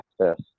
access